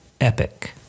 Epic